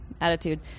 attitude